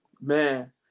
man